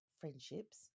friendships